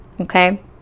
okay